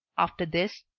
after this,